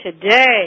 today